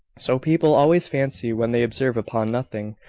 so people always fancy when they observe upon nothing,